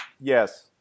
Yes